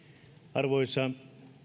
arvoisa